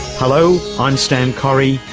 hello, i'm stan correy.